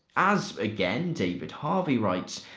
as, again, david harvey writes,